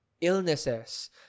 illnesses